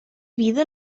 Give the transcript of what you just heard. vida